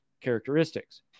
characteristics